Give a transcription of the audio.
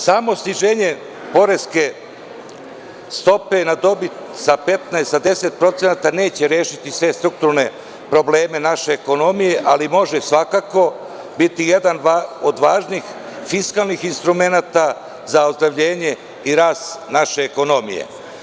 Samo sniženje poreske stope na dobit sa 10% neće rešiti sve strukturne probleme naše ekonomije, ali svakako može biti jedan od važnih fiskalnih instrumenata za ozdravljenje i rast naše ekonomije.